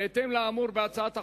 בהתאם לאמור בהצעת החוק,